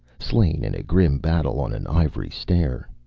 slain in a grim battle on an ivory stair.